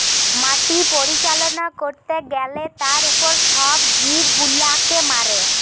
মাটি পরিচালনা করতে গ্যালে তার উপর সব জীব গুলাকে মারে